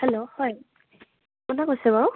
hello হয় কোনা কৈছে বাৰু